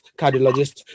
cardiologist